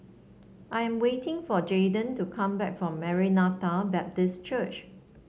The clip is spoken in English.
I am waiting for Jaydan to come back from Maranatha Baptist Church